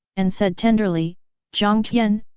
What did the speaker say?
and said tenderly jiang tian,